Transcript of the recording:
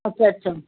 अच्छा अच्छा